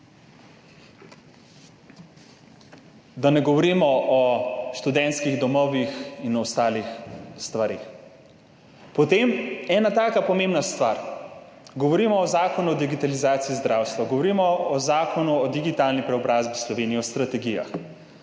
Da ne govorimo o študentskih domovih in o ostalih stvareh. Potem je še ena taka pomembna stvar, govorimo o Zakonu o digitalizaciji zdravstva, govorimo o zakonu o digitalni preobrazbi Slovenije, o strategijah.